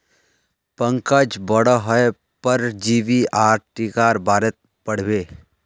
पंकज बोडो हय परजीवी आर टीकार बारेत पढ़ बे